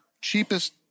cheapest